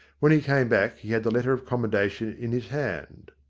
when he came back, he had the letter of commendation in his hand.